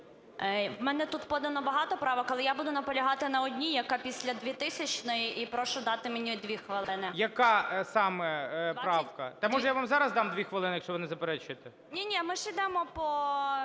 В мене тут подано багато правок, але я буду наполягати на одній, яка після 2000-ї, і прошу дати мені 2 хвилини. ГОЛОВУЮЧИЙ. Яка саме правка? Та, може, я вам зараз дам дві хвилини, якщо ви не заперечуєте? ВАСИЛЬЧЕНКО Г.І.